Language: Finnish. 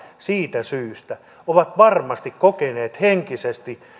siitä syystä ovat varmasti kokeneet henkisesti